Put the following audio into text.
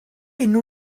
enw